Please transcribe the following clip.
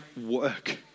work